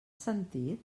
sentit